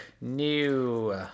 new